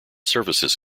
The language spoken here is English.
services